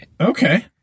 Okay